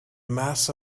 mass